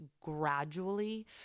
gradually